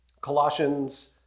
Colossians